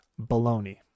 Baloney